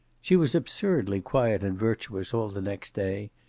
she was absurdly quiet and virtuous all the next day,